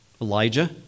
Elijah